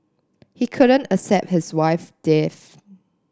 he couldn't accept his wife's death